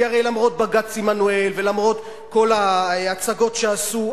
כי הרי למרות בג"ץ עמנואל ולמרות כל ההצגות שעשו,